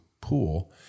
pool